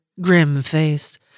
grim-faced